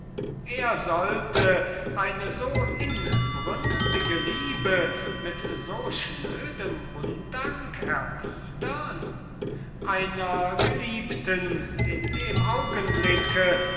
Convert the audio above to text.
er sollte eine so inbrünstige liebe mit so schnödem undank erwidern einer geliebten in dem